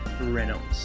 Reynolds